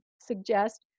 suggest